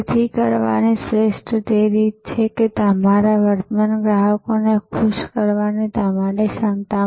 તેથી આ લગભગ કરોળિયા વિરુદ્ધ કરોળિયાની જેમ એક નેટવર્ક વિરુદ્ધ અન્ય નેટવર્ક આ યુદ્ધની પ્રકૃતિ છે